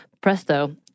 presto